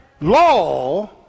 Law